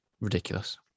ridiculous